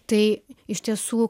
tai iš tiesų